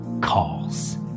calls